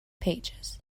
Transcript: pages